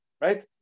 right